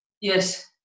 yes